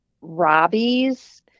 Robbie's